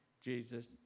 Jesus